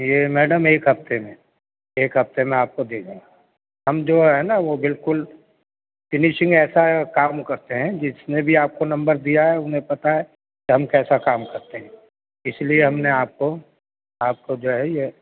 یہ میڈم ایک ہفتے میں ایک ہفتے میں آپ کو دے گا ہم جو ہے نا وہ بالکل فنشنگ ایسا کام کرتے ہیں جس نے بھی آپ کو نمبر دیا ہے انہیں پتہ ہے کہ ہم کیسا کام کرتے ہیں اس لیے ہم نے آپ کو آپ کو جو ہے یہ